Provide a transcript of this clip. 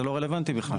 זה לא רלוונטי בכלל.